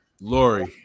Lori